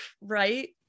right